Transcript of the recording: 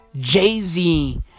Jay-Z